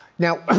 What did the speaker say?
now,